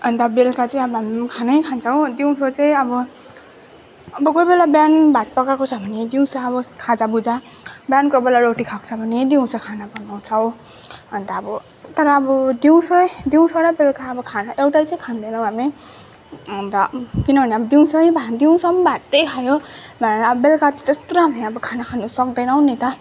अन्त बेलुका चाहिँ अब हामी खानै खान्छौँ दिउँसो चाहिँ अब अब कोहीबेला बिहान भात पकाएको छ भने दिउँसो अब खाजा भुजा बिहान कोहीबेला रोटी खाएको छ भने दिउँसो खाना बनाउँछौँ अन्त अब तर अब दिउँसै दिउँसो र बेलुका अब खाना एउटै चाहिँ खाँदैनौँ हामी अन्त किनभने अब दिउँसै दिउँसो पनि भातै खायो भने बेलुका चाहिँ त्यत्रो अब हामी खाना खानु सक्दैनौँ नि त